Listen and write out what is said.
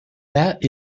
that